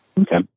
Okay